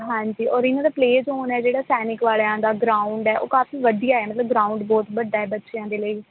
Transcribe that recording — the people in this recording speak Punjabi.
ਹਾਂਜੀ ਔਰ ਇਹਨਾਂ ਦਾ ਪਲੇਅ ਜ਼ੋਨ ਹੈ ਜਿਹੜਾ ਸੈਨਿਕ ਵਾਲਿਆਂ ਦਾ ਗਰਾਊਂਡ ਹੈ ਉਹ ਕਾਫੀ ਵਧੀਆ ਹੈ ਮਤਲਬ ਗਰਾਊਂਡ ਬਹੁਤ ਵੱਡਾ ਬੱਚਿਆਂ ਦੇ ਲਈ